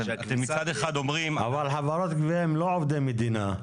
מצד אחד אתם אומרים --- אבל חברות גבייה הן לא עובדי מדינה.